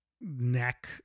neck